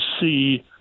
see